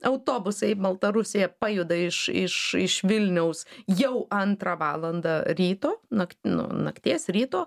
autobusai į baltarusiją pajuda iš iš iš vilniaus jau antrą valandą ryto nak nu nakties ryto